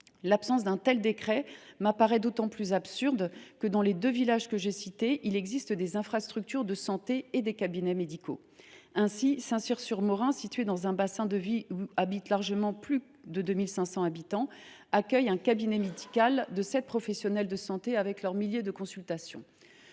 L’absence d’un tel décret m’apparaît d’autant plus absurde que, dans les deux villages que j’ai cités, il existe des infrastructures de santé et des cabinets médicaux. Ainsi, Saint Cyr sur Morin, situé dans un bassin de vie où habitent bien plus de 2 500 habitants, accueille un cabinet médical de sept professionnels de santé, qui réalisent plusieurs milliers de consultations.